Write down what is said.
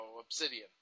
Obsidian